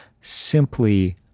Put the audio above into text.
simply